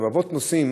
רבבות נוסעים